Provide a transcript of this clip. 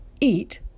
eat